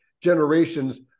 generations